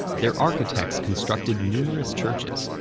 their architects constructed numerous churches,